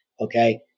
Okay